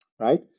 right